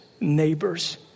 neighbors